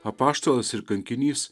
apaštalas ir kankinys